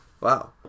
Wow